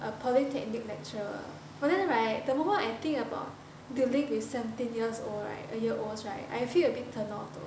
a polytechnic lecturer but then right the moment I think about dealing with seventeen years old right nineteen year olds right I feel a bit turn off though